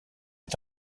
est